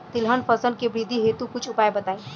तिलहन फसल के वृद्धि हेतु कुछ उपाय बताई?